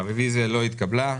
הצבעה הרביזיה לא נתקבלה.